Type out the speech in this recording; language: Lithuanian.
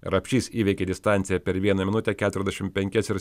rapšys įveikė distanciją per vieną minutę keturiasdešim penkias ir